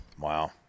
Wow